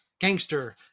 gangster